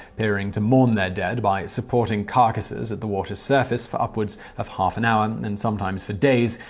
appearing to mourn their dead by supporting carcasses at the water's surface for upwards of half an hour and sometimes for days,